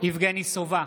יבגני סובה,